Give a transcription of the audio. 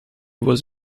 was